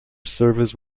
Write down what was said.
service